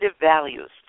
values